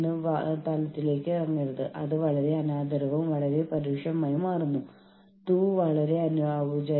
മുഴുവൻ കാര്യങ്ങളും ഒരു സ്ലൈഡിൽ ഒരിടത്ത് ലഭിക്കാൻ ഞാൻ ആഗ്രഹിച്ചു